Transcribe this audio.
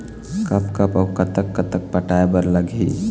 कब कब अऊ कतक कतक पटाए बर लगही